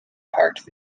parked